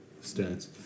stance